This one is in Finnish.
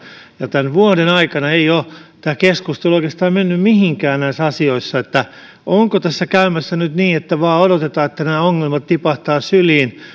ja tämän vuoden aikana ei ole tämä keskustelu oikeastaan mennyt mihinkään näissä asioissa onko tässä käymässä nyt niin että vain odotetaan että nämä ongelmat tipahtavat syliin